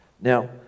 Now